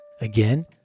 Again